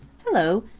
hello!